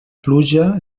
pluja